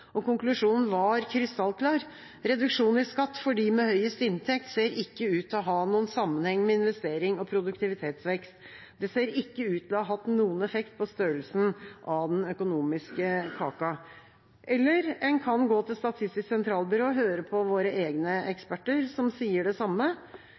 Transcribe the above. Konklusjonen var krystallklar, at reduksjon i skatt for dem med høyest inntekt ikke ser ut til å ha noen sammenheng med investering og produktivitetsvekst. Det ser ikke ut til å ha hatt noen effekt på størrelsen av den økonomiske kaka. Eller en kan gå til Statistisk sentralbyrå og høre på våre egne